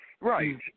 right